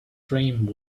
dreams